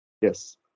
Yes